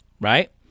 right